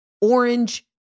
orange